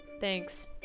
Thanks